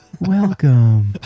Welcome